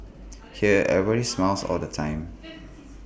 here everybody smiles all the time